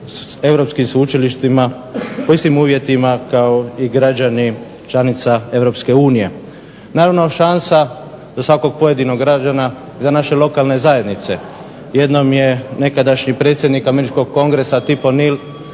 europskim sveučilištima po istim uvjetima kao i građani članica Europske unije. Naravno šansa za svakog pojedinog građana, za naše lokalne zajednice. Jednom je nekadašnji predsjednik američkog Kongresa Tif o Nil